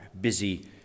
busy